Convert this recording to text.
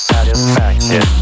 Satisfaction